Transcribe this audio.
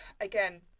again